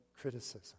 criticism